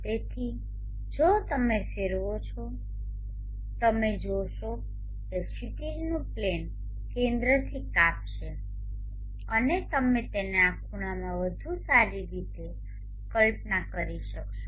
તેથી જો તમે ફેરવો છો ત્યારે તમે જોશો કે ક્ષિતિજનું પ્લેન કેન્દ્રથી કાપશે અને તમે તેને આ ખૂણામાં વધુ સારી રીતે કલ્પના કરી શકશો